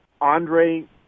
Andre